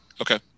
Okay